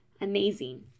amazing